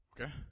Okay